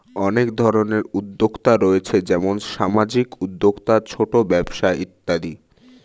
অনেক ধরনের উদ্যোক্তা রয়েছে যেমন সামাজিক উদ্যোক্তা, ছোট ব্যবসা ইত্যাদি